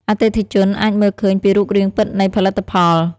អតិថិជនអាចមើលឃើញពីរូបរាងពិតនៃផលិតផល។